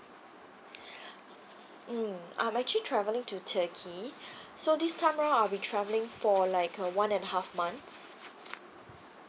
mm I'm actually travelling to turkey so this time round I'll be travelling for like a one and a half months